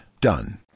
done